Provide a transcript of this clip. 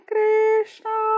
Krishna